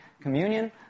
communion